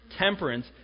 temperance